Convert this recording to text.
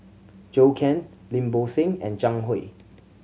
Zhou Can Lim Bo Seng and Zhang Hui